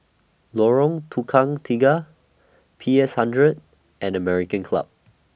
Lorong Tukang Tiga P S hundred and American Club